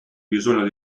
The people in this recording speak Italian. bisogno